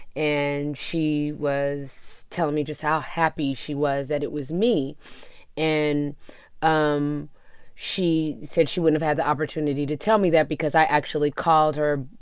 and she was telling me just how happy she was that it was me and um she said she wouldn't have had the opportunity to tell me that because i actually called her,